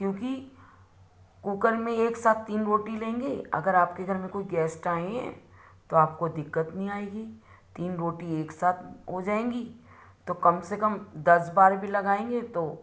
क्योंकि कुकर में एक साथ तीन रोटी लेंगे अगर आपके घर में कोई गेस्ट आएँ हैं तो आपको दिक्कत नहीं आएगी तीन रोटी एक साथ हो जाएँगी तो कम से कम दस बार भी लगाएँगे तो